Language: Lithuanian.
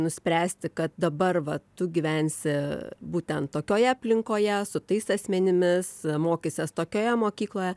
nuspręsti kad dabar va tu gyvensi būtent tokioje aplinkoje su tais asmenimis mokysies tokioje mokykloje